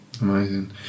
amazing